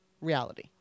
reality